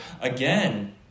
again